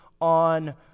on